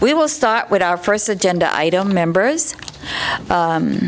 we will start with our first agenda item members